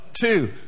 two